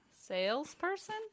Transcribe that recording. salesperson